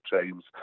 James